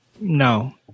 No